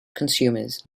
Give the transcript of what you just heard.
consumers